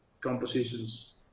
compositions